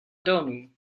donu